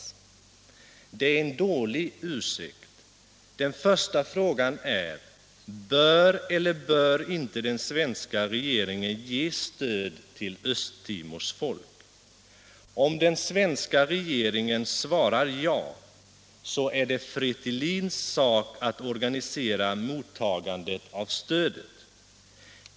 Det är — Erkännande av och en dålig ursäkt. Den första frågan är: Bör eller bör inte den svenska = bistånd till Östra regeringen ge stöd till Östtimors folk? Om den svenska regeringen = Timorm.m. svarar ja, så är det Fretilins sak att organisera mottagandet av stödet.